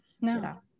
no